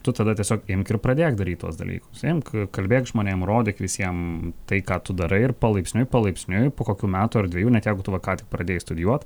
tu tada tiesiog imk ir pradėk daryt tuos dalykus imk kalbėk žmonėm rodyk visiem tai ką tu darai ir palaipsniui palaipsniui po kokių metų ar dvejų net jeigu tu va ką tik pradėjai studijuot